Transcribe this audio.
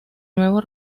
nuevo